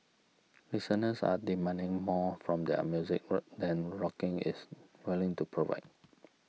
listeners are demanding more from their music than rocking is willing to provide